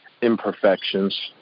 imperfections